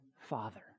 Father